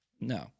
No